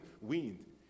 wind